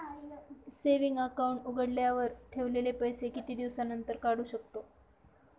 Saving account उघडल्यावर ठेवलेले पैसे किती दिवसानंतर काढू शकतो?